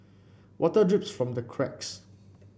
water drips from the cracks